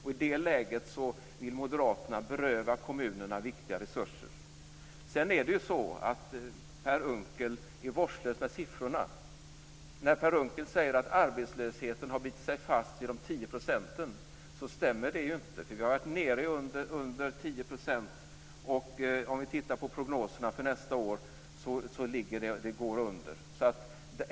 I det läget vill moderaterna beröva kommunerna viktiga resurser. Per Unckel är vårdslös med siffrorna. När han säger att arbetslösheten har bitit sig fast vid 10 % så stämmer inte det. Vi har ju varit nere under 10 %, och om vi tittar på prognoserna för nästa år så ser vi att siffrorna går under det.